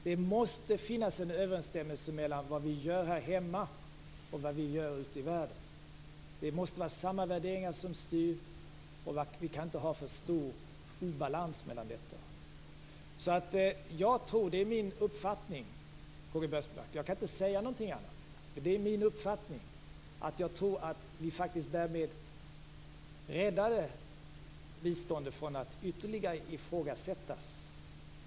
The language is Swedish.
Det måste finnas en överensstämmelse mellan vad vi gör här hemma och vad vi gör ute i världen. Det måste vara samma värderingar som styr, och vi kan inte ha för stor obalans mellan dessa. Det är min uppfattning, K-G Biörsmark, att vi faktiskt därmed räddade biståndet från att ytterligare ifrågasättas.